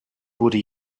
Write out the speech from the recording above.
wurde